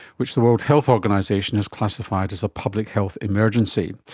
which the world health organisation has classified as a public health emergency.